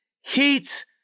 Heat